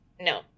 no